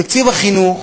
תקציב החינוך,